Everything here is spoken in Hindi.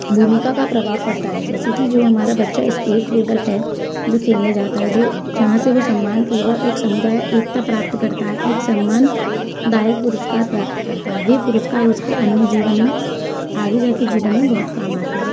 भूमिका का प्रभाव पड़ता है जैसे कि जो हमारा बच्चा स्टेट लेबल है जो खेलने जाता है जो जहाँ से वो सम्मानपूर्वक एक समुदाय एकता प्राप्त करता है एक सम्मान दायक पुरस्कार प्राप्त करता है वे पुरस्कार उसके अन्य जीवन में आगे जा के जीवन में बहुत काम आते हैं